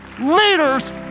Leaders